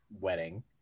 wedding